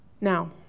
Now